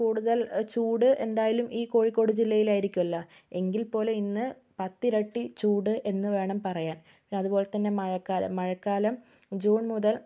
കൂടുതൽ ചൂട് എന്തായാലും ഈ കോഴിക്കോട് ജില്ലയിലായിരിക്കുവല്ല എങ്കിൽ പോലും ഇന്ന് പത്തിരട്ടി ചൂട് എന്ന് വേണം പറയാൻ പിന്നത്പോലെത്തന്നെ മഴക്കാലം മഴക്കാലം ജൂൺ മുതൽ